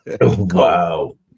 Wow